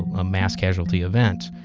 a mass casualty event,